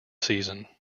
season